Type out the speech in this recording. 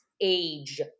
age